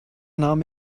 nahm